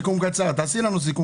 תעשי לנו סיכום